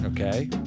okay